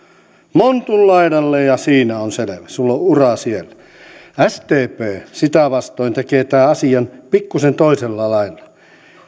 montun laidalle ja sillä on selvä sulla on ura siellä sdp sitä vastoin tekee tämän asian pikkuisen toisella lailla